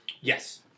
Yes